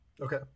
okay